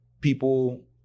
people